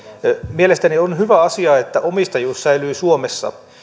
mielestäni on hyvä asia että omistajuus säilyy suomessa